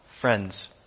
Friends